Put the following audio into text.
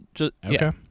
Okay